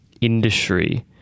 industry